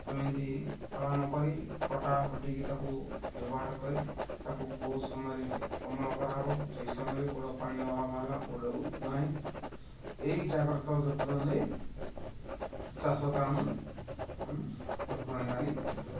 ଏମିତି ପାଳନ କରି କଟାକଟିକି ତା'କୁ ବ୍ୟବହାର କରି ତା'କୁ କେଉଁ ସମୟରେ ଅମଳ କରାହେବ ସେହି ସମୟରେ କୋଉଡ଼ ପାଣି ଅଭାବ ହେଲା କୋଡ଼ଉ ନାହିଁ ଏହି ଜାଗ୍ରତ ଯତ୍ନ ନେଇ ଚାଷ କାମ ଆମେ କରିଥାଉ